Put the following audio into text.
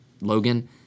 Logan